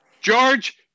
george